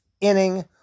inning